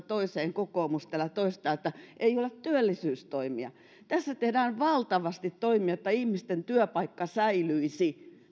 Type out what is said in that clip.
toiseen kokoomus täällä toistaa että ei ole työllisyystoimia tässä tehdään valtavasti toimia jotta ihmisten työpaikat säilyisivät